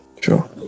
Sure